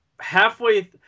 halfway